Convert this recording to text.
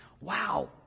Wow